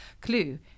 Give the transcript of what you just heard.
Clue